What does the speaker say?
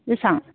बेसेबां